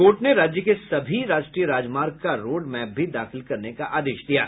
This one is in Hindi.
कोर्ट ने राज्य के सभी राष्ट्रीय राजमार्ग का रोड मैप भी दाखिल करने का निर्देश दिया है